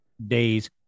days